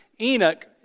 Enoch